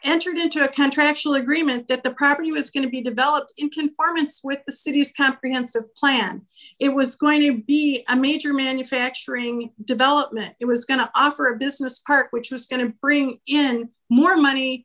entered into a contractual agreement that the property was going to be developed in conformance with the city's comprehensive plan it was going to be a major manufacturing development it was going to offer a business park which was going to bring in more money